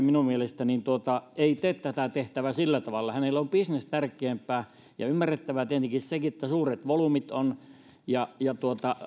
minun mielestäni finnair ei tee tätä tehtävää sillä tavalla heille on bisnes tärkeämpää on ymmärrettävää tietenkin sekin että on suuret volyymit ja ja